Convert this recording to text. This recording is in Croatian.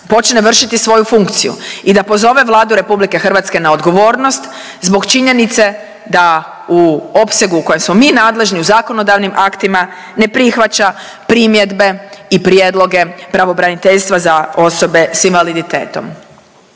počne vršiti svoju funkciju i da pozove Vladu RH na odgovornost zbog činjenice da u opsegu u kojem smo mi nadležni u zakonodavnim aktima ne prihvaća primjedbe i prijedloge pravobraniteljstva za osobe s invaliditetom.